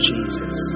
Jesus